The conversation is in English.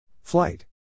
Flight